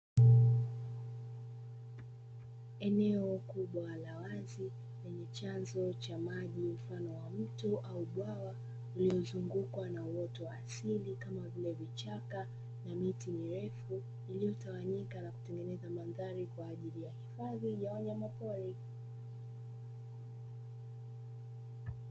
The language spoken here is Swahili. Eneo kubwa la wazi lenye chanzo cha maji mfano wa mto au bwawa lililozungukwa kwa uoto wa asili, kama vile vichaka na miti mirefu iliyotawanyika na kutengeneza mandhari kwa ajili ya hifadhi ya wanyamapori.